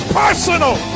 personal